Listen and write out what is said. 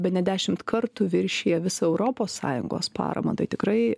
bene dešimt kartų viršija visą europos sąjungos paramą tai tikrai